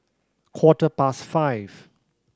quarter past five